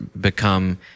become